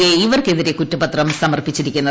A ഇവർക്കെതിരെ കുറ്റപത്രം സമർപ്പിച്ചിരിക്കുന്നത്